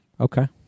Okay